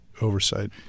oversight